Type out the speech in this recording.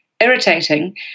irritating